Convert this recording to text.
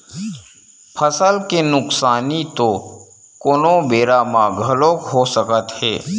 फसल के नुकसानी तो कोनो बेरा म घलोक हो सकत हे